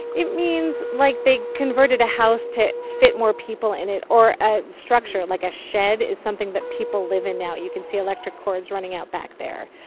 it means, like, they converted a house to fit more people in it. or a structure, like a shed, is something that people live in now. you can see electric cords running out back there.